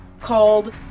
called